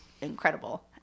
incredible